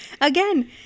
Again